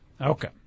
Okay